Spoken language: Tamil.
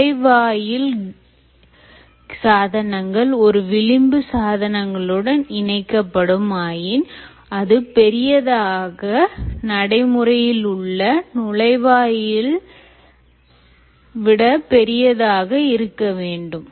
நுழைவாயில் சாதனங்கள் ஒரு விளிம்பு சாதனங்களுடன் இணைக்கப்படும் ஆயின் அது பெரியதாக நடைமுறையிலுள்ள நுழைவாயில் விட பெரியதாக இருக்க வேண்டும்